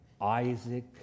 isaac